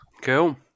Cool